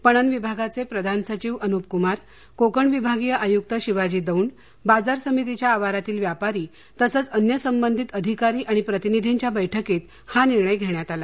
पणन विभागाचे प्रधान सचिव अनृप कुमार कोकण विभागीय आयुक्त शिवाजी दौंड बाजार समितीच्या आवारातील व्यापारी तसंच अन्य संबंधित अधिकारी आणि प्रतिनिधींच्या बैठकीत हा निर्णय घेण्यात आला